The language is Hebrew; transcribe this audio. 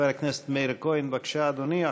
חבר הכנסת מאיר כהן, בבקשה, אדוני.